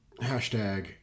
hashtag